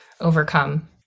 overcome